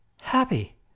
happy